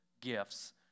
gifts